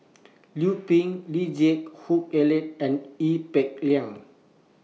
Liu Peihe Lee Geck Hoon Ellen and Ee Peng Liang